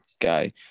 guy